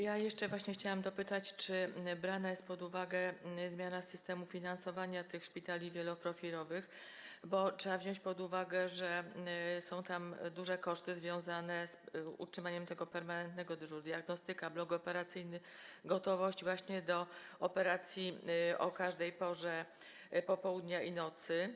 Jeszcze chciałam dopytać, czy brana jest pod uwagę zmiana systemu finansowania szpitali wieloprofilowych, bo trzeba wziąć pod uwagę, że są tam duże koszty związane z utrzymaniem permanentnego dyżuru: diagnostyka, blok operacyjny, gotowość do operacji o każdej porze popołudnia i nocy.